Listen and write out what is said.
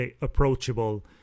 approachable